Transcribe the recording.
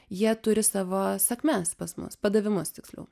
jie turi savo sakmes pas mus padavimus tiksliau